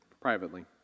privately